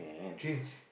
cheese